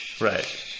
right